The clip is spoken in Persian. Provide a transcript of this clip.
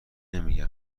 نمیگم